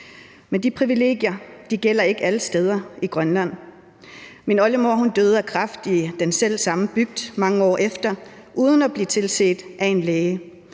Men de privilegier gælder ikke alle steder i Grønland. Min oldemor døde af kræft i den selv samme bygd mange år efter uden at blive tilset af en længe.